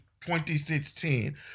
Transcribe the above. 2016